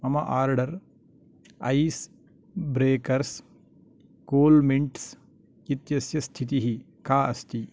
मम order ice breakers coolmints इत्यस्य स्थितिः का अस्ति